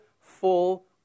full